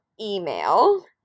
email